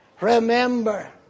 Remember